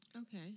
Okay